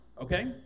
okay